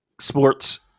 sports